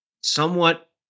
somewhat